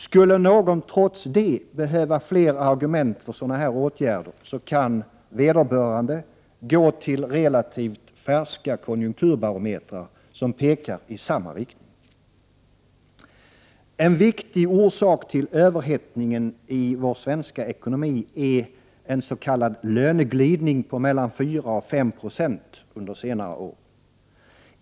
Skulle någon trots detta behöva fler argument för sådana åtgärder kan vederbörande gå till relativt färska konjunkturbarometrar som pekar i samma riktning. En viktig orsak till överhettningen i vår svenska ekonomi är en s.k. löneglidning på mellan 4 och 5 96 under senare år.